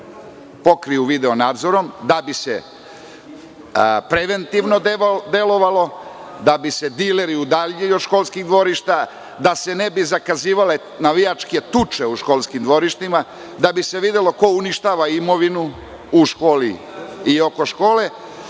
Beogradu pokriju video-nadzorom da bi se preventivno delovalo, da bi se dileri udaljili od školskih dvorišta, da se ne bi zakazivale navijačke tuče u školskim dvorištima, da bi se videlo ko uništava imovinu u školi i oko škole,